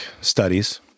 studies